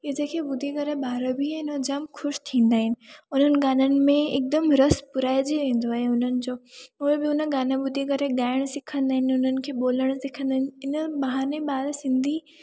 की जंहिंखे ॿुधी करे भार बि आहिनि उ जाम ख़ुश थींदा आहिनि उननि गाननि में हिकदमि रस पुराइजी वेंदो आहे उननि जो उहो बि उन गानो ॿुधी करे ॻाइण सिखंदा आहिनि उननि खे ॿोलण सिखंदा आहिनि इननि बहाने ॿार सिंधी